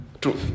truth